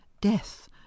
death